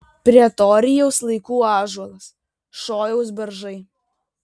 pretorijaus laikų ąžuolas šojaus beržai